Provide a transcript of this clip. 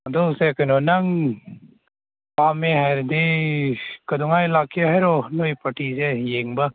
ꯑꯗꯨꯁꯦ ꯀꯩꯅꯣ ꯅꯪ ꯄꯥꯝꯃꯦ ꯍꯥꯏꯔꯗꯤ ꯀꯩꯗꯧꯉꯩ ꯂꯥꯛꯀꯦ ꯍꯥꯏꯔꯣ ꯅꯣꯏ ꯄꯥꯔꯇꯤꯁꯦ ꯌꯦꯡꯕ